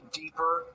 deeper